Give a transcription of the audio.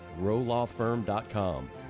growlawfirm.com